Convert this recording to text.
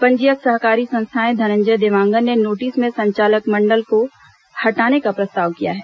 पंजीयक सहकारी संस्थाएं धनंजय देवांगन ने नोटिस में संचालक मंडल को हटाने का प्रस्ताव किया है